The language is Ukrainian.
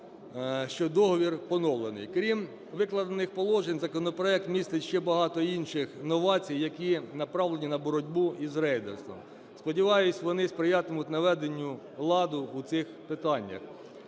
що договір поновлений. Крім викладених положень, законопроект містить ще багато інших новацій, які направлені на боротьбу із рейдерством. Сподіваюсь, вони сприятимуть наведенню ладу у цих питаннях.